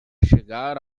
chegar